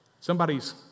somebody's